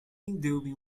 doing